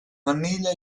vanilla